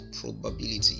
probability